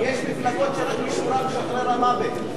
יש מפלגות שמשורה ישחרר רק המוות,